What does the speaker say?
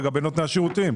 לגבי נותני השירותים.